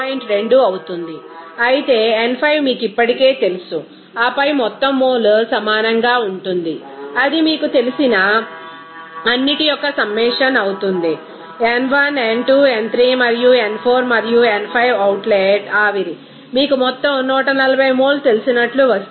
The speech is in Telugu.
2 అవుతుంది అయితే n 5 మీకు ఇప్పటికే తెలుసు ఆపై మొత్తం మోల్ సమానంగా ఉంటుంది అది మీకు తెలిసిన అన్నిటి యొక్క సమ్మషన్ అవుతుంది n1 n2 n3 మరియు n 4 మరియు n 5 అవుట్లెట్ ఆవిరి మీకు మొత్తం 140 మోల్ తెలిసినట్లు వస్తోంది